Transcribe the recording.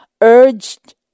Urged